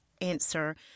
answer